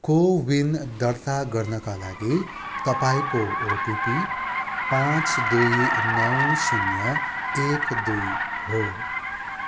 को विन दर्ता गर्नाका लागि तपाईँको ओटिपी पाँच दुई नौ शून्य एक दुई हो